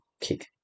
kick